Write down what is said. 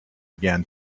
again